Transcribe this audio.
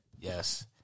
Yes